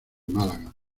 málaga